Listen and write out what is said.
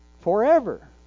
forever